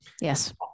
yes